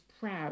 proud